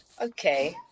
okay